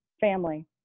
family